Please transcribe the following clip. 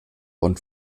von